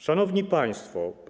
Szanowni Państwo!